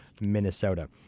Minnesota